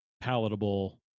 palatable